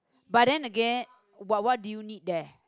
but then again what what do you need there